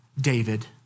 David